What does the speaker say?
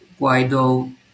Guaido